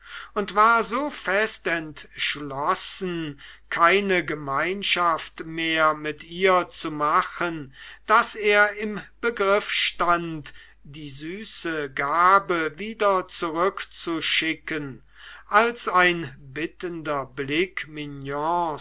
und war so fest entschlossen keine gemeinschaft mehr mit ihr zu machen daß er im begriff stand die süße gabe wieder zurückzuschicken als ein bittender blick mignons